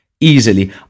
Easily